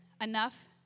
enough